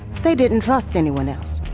they didn't trust anyone else.